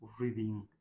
reading